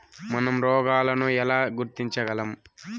మనం రోగాలను ఎలా గుర్తించగలం?